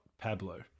Pablo